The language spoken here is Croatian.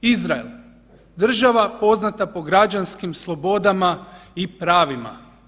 Izrael, država poznata po građanskim slobodama i pravima.